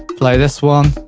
play this one,